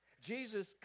Jesus